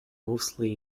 mostly